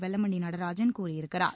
வெல்லமண்டி நடராஜன் கூறியிருக்கிறார்